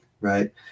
right